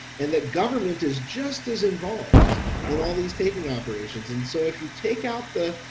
and that government is just as involved in all these taking operations and so if you take out the,